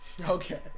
Okay